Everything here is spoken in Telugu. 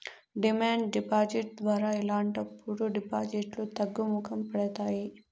డిమాండ్ డిపాజిట్ ద్వారా ఇలాంటప్పుడు డిపాజిట్లు తగ్గుముఖం పడతాయి